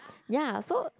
ya so